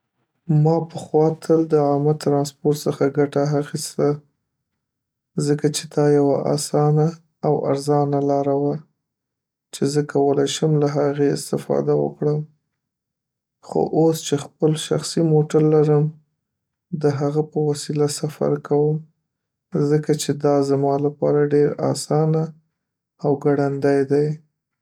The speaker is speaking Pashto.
ما پخوا تل د عامه ترانسپورت څخه ګټه اخیسته، ځکه چې دا یوه اسانه او ارزانه لاره وه چې زه کولی شم له هغې استفاده وکړم. خو اوس چې خپل شخصي موټر لرم، د هغه په وسیله سفر کوم، ځکه چې دا زما لپاره ډیر آسانه او ګړندی دی.